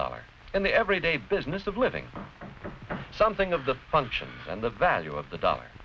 dollar and the everyday business of living something of the function and the value of the dollar